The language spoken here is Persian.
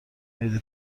عید